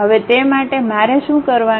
હવે તે માટે મારે શું કરવાનું છે